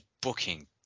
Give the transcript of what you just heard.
booking